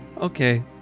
Okay